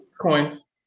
Coins